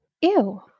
Ew